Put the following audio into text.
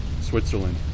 switzerland